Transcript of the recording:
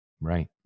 Right